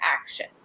action